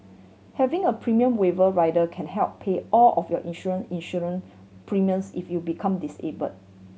having a premium waiver rider can help pay all of your insurance insurance premiums if you become disabled